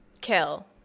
Kill